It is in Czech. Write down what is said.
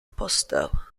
postel